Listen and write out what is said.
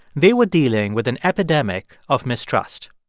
they were dealing with an epidemic of mistrust